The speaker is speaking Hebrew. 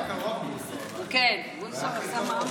חברי הקואליציה,